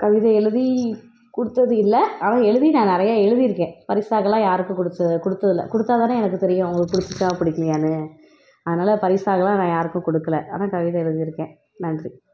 கவிதை எழுதி கொடுத்தது இல்லை ஆனால் எழுதி நான் நான் நிறையா எழுதிருக்கேன் பரிசாகலாம் யாருக்கும் கொடுத்தது கொடுத்தது இல்லை கொடுத்தா தான எனக்கு தெரியும் அவங்களுக்கு பிடிச்சிச்சா பிடிக்கலையான்னு அதனால பரிசாகலாம் நான் யாருக்கும் கொடுக்கல ஆனால் கவிதை எழுதிருக்கேன் நன்றி